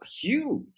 huge